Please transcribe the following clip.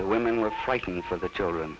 the women were frightened for the children